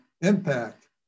impact